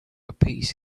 appease